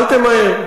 אל תמהר.